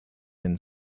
been